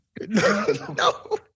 No